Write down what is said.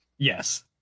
Yes